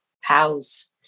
house